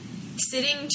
sitting